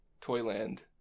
Toyland